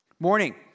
Morning